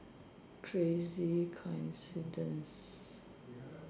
crazy coincidence